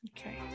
Okay